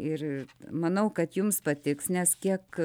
ir manau kad jums patiks nes kiek